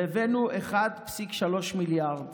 הבאנו 1.3 מיליארד